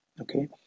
okay